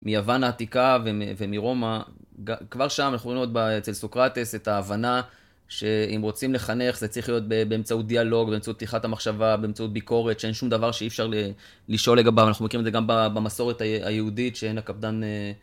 מיוון העתיקה ומרומא, כבר שם אנחנו יכולים לראות אצל סוקרטס את ההבנה שאם רוצים לחנך זה צריך להיות באמצעות דיאלוג, באמצעות פתיחת המחשבה, באמצעות ביקורת, שאין שום דבר שאי אפשר לשאול לגביו, אנחנו מכירים את זה גם במסורת היהודית שאין הקפדן...